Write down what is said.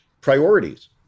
priorities